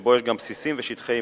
שבו יש גם בסיסים ושטחי אמונים.